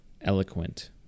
eloquent